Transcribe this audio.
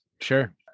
Sure